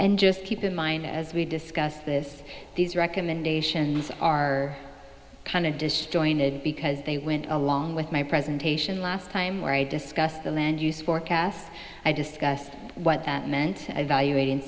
and just keep in mind as we discuss this these recommendations are kind of disjointed because they went along with my presentation last time where i discussed the land use forecast i discussed what that meant evaluating